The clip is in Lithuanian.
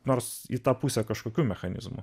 nors į tą pusę kažkokių mechanizmų